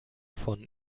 von